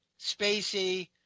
Spacey